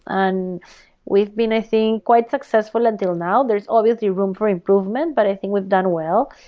and we've been, i think, quite successful until now. there's obviously room for improvement, but i think we've done well.